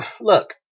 look